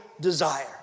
desire